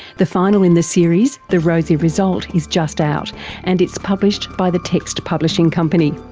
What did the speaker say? the final in the series the rosie result is just out and it's published by the text publishing company.